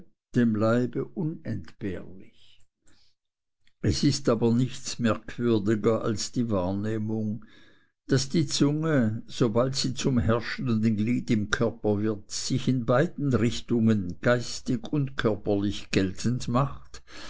dem leibe unentbehrlich es ist aber nichts merkwürdiger als die wahrnehmung daß die zunge sobald sie zum herrschenden gliede im körper wird sie sich in beiden richtungen geistig und körperlich geltend macht